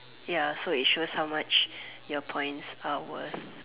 ya so it shows how much your points are worth